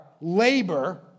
labor